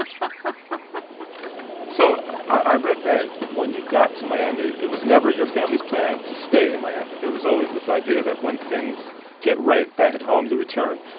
but so i read that when you got to miami, it was never your family's plan to stay in miami. there was always this idea that when things get right back at home to return.